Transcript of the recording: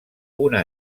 una